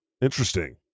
Interesting